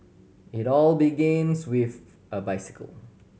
it all begins with a bicycle